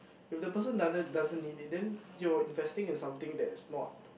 if the person doesn't doesn't need it then your investing is something that is not